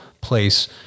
place